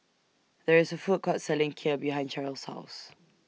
There IS A Food Court Selling Kheer behind Cheryle's House